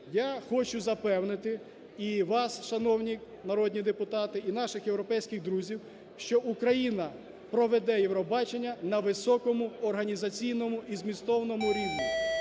я хочу запевнити і вас, шановні народні депутати, і наших європейських друзів, що Україна проведе Євробачення на високому організаційному і змістовному рівні.